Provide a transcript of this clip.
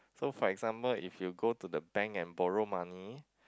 so for example if you go to the bank and borrow money